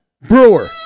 Brewer